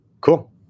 Cool